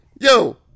yo